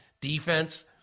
defense